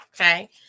Okay